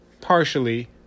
partially